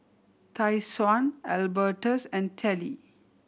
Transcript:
Tyshawn Albertus and Tallie